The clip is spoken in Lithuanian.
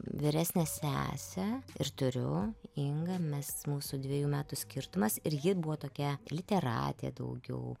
vyresnę sesę ir turiu ingą mes mūsų dviejų metų skirtumas ir ji buvo tokia literatė daugiau